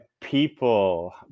people